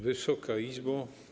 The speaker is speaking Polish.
Wysoka Izbo!